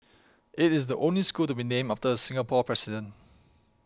it is the only school to be named after a Singapore president